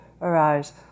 arise